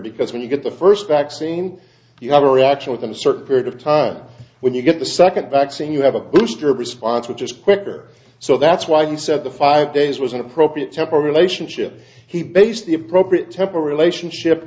because when you get the first vaccine you have a reaction within a certain period of time when you get the second vaccine you have a booster of response which is quicker so that's why he said the five days was an appropriate temper relationship he based the appropriate temper relationship